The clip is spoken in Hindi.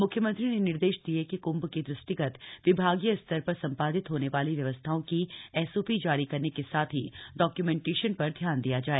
म्ख्यमंत्री ने निर्देश दिये कि क्म्भ के दृष्टिगत विभागीय स्तर पर सम्पादित होने वाली व्यवस्थाओं की एसओपी जारी करने के साथ ही डाक्यूमेन्टेशन पर ध्यान दिया जाय